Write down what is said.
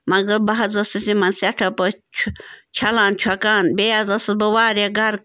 مگر بہٕ حظ ٲسٕس یِمَن سٮ۪ٹھاہ پٲٹھۍ چھُ چھَلان چھۄکان بیٚیہِ حظ ٲسٕس بہٕ واریاہ گَرٕ